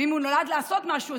ואם הוא נולד לעשות משהו,